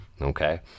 okay